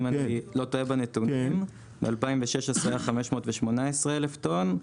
אם אני לא טועה בנתונים ב-2016 היה 518,000 טון,